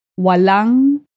walang